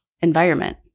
environment